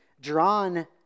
drawn